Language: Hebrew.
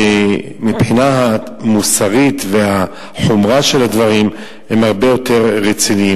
כי מבחינה מוסרית והחומרה של הדברים זה הרבה יותר רציני.